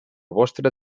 vostre